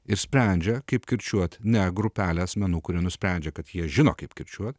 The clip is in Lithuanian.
ir sprendžia kaip kirčiuoti ne grupelę asmenų kurie nusprendžia kad jie žino kaip kirčiuot